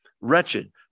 Wretched